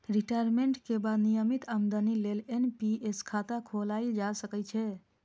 retirement के बाद नियमित आमदनी लेल एन.पी.एस खाता खोलाएल जा सकै छै